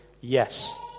yes